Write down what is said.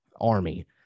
army